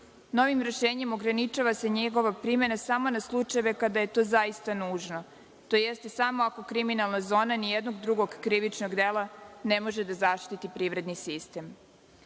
Novim rešenjem ograničava se njegova primena samo na slučajeve kada je to zaista nužno, tj. samo ako kriminalna zona nijednog drugog krivičnog dela ne može da zaštiti privredni sistem. Pored